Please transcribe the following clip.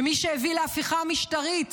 ומי שהביא להפיכה המשטרית,